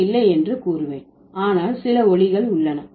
நான் இல்லை என்று கூறுவேன் ஆனால் சில ஒலிகள் உள்ளன